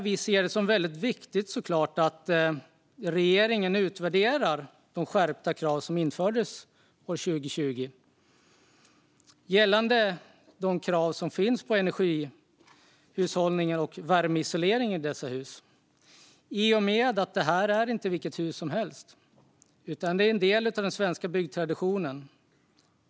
Vi anser att det är viktigt att regeringen utvärderar de skärpta krav som infördes 2020 gällande energihushållning och värmeisolering i dessa hus i och med att de inte är vilka hus som helst utan en del av den svenska byggtraditionen.